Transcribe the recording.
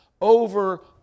over